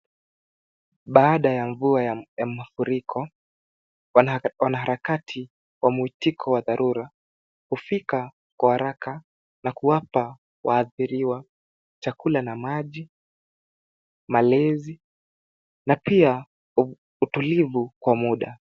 Baada ya mvua ya mafuriko wanaharakati wa muitiko wa dharura hufika kwa haraka na kuwapa waadhiriwa chakula na maji, malezi na pia utulivu kwa mda.